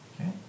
Okay